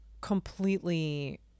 completely